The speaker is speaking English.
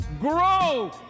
grow